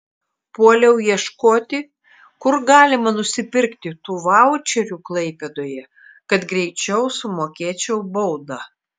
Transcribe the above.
puoliau ieškoti kur galima nusipirkti tų vaučerių klaipėdoje kad greičiau sumokėčiau baudą